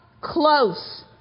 close